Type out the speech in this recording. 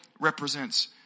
represents